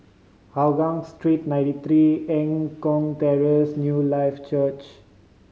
Hougang Street Ninety Three Eng Kong Terrace Newlife Church